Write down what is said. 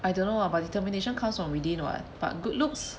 I don't know ah but determination comes from within [what] but good looks